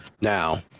now